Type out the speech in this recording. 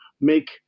make